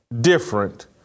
different